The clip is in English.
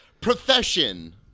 profession